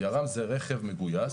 יר"ם זה רכב מגויס,